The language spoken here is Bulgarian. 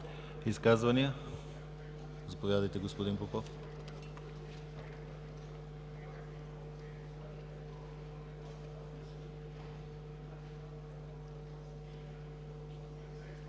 изказвания. Заповядайте, господин Милков.